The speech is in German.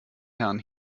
herren